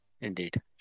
Indeed